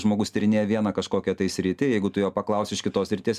žmogus tyrinėja vieną kažkokią tai sritį jeigu tu jo paklausi iš kitos srities